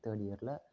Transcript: third இயர்ல